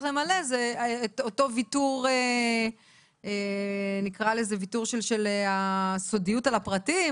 למלא הוא אותו ויתור של הסודיות על הפרטיות,